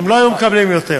הם לא היו מקבלים יותר.